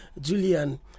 Julian